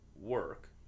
work